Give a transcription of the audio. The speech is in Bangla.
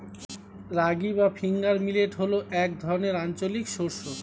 রাগী বা ফিঙ্গার মিলেট হল এক ধরনের আঞ্চলিক শস্য